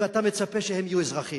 ואתה מצפה שהם יהיו אזרחים.